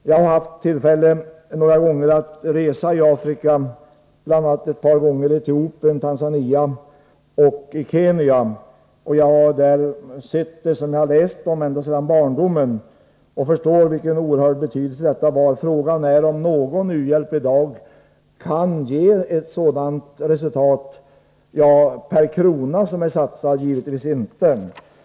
Jag har haft tillfälle att resa i Afrika — bl.a. ett par gånger i Etiopien och i Tanzania och Kenya — och jag har fått se det jag läst om ända sedan barndomen. Jag förstår vilken oerhörd betydelse missionsarbetet hade. Frågan är om någon u-hjälp i dag kan åstadkomma ett sådant resultat — per satsad krona kan den det givetvis inte.